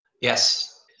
Yes